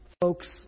folks